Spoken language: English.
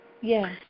Yes